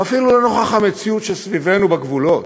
ואפילו לנוכח המציאות שסביבנו בגבולות,